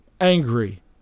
angry